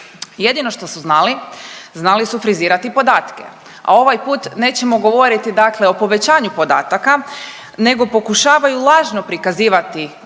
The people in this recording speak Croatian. Jedino što su znali, znali su frizirati podatke, a ovaj put nećemo govoriti dakle o povećanju podataka, nego pokušavaju lažno prikazivati